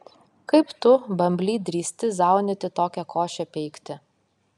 kaip tu bambly drįsti zaunyti tokią košę peikti